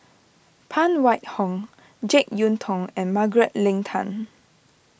Phan Wait Hong Jek Yeun Thong and Margaret Leng Tan